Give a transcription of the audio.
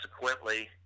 subsequently